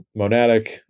monadic